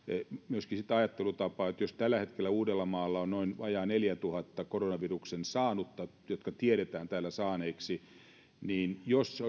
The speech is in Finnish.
myöskin sitä ajattelutapaa että jos tällä hetkellä uudellamaalla on noin vajaa neljäntuhannen koronaviruksen saanutta joiden tiedetään sen saaneen niin jos se